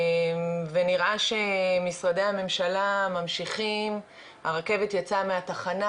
ונראה שמשרדי הממשלה ממשיכים, הרכבת יצאה מהתחנה,